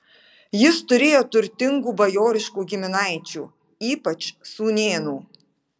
jis turėjo turtingų bajoriškų giminaičių ypač sūnėnų